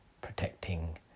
protecting